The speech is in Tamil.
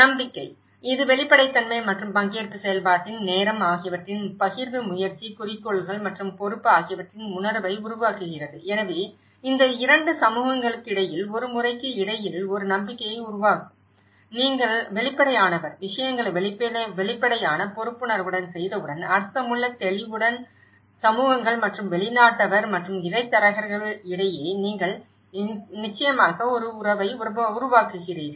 நம்பிக்கை இது வெளிப்படைத்தன்மை மற்றும் பங்கேற்பு செயல்பாட்டின் நேரம் ஆகியவற்றின் பகிர்வு முயற்சி குறிக்கோள்கள் மற்றும் பொறுப்பு ஆகியவற்றின் உணர்வை உருவாக்குகிறது எனவே இந்த 2 சமூகங்களுக்கிடையில் ஒரு முறைக்கு இடையில் ஒரு நம்பிக்கையை உருவாக்கும் நீங்கள் வெளிப்படையானவர் விஷயங்களை வெளிப்படையான பொறுப்புணர்வுடன் செய்தவுடன் அர்த்தமுள்ள தெளிவுடன் சமூகங்கள் மற்றும் வெளிநாட்டவர் மற்றும் இடைத்தரகர்களிடையே நீங்கள் நிச்சயமாக ஒரு உறவை உருவாக்குவீர்கள்